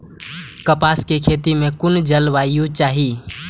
कपास के खेती में कुन जलवायु चाही?